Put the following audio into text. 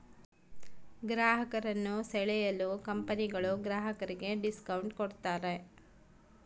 ಗ್ರಾಹಕರನ್ನು ಸೆಳೆಯಲು ಕಂಪನಿಗಳು ಗ್ರಾಹಕರಿಗೆ ಡಿಸ್ಕೌಂಟ್ ಕೂಡತಾರೆ